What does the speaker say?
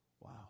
Wow